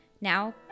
Now